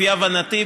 לפי הבנתי,